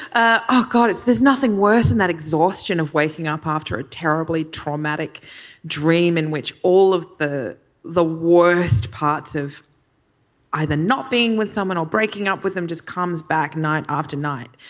ah ah god it's there's nothing worse than and that exhaustion of waking up after a terribly traumatic dream in which all of the the worst parts of either not being with someone or breaking up with them just comes back night after night.